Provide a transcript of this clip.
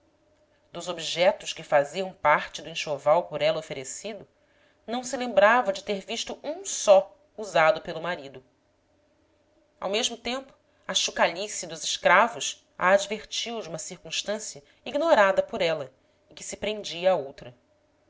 dos objetos que faziam parte do enxoval por ela oferecido não se lembrava de ter visto um só usado pelo marido ao mesmo tempo a chocalhice dos escravos a advertiu de uma circunstância ignorada por ela e que se prendia à outra